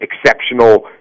exceptional